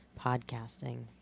podcasting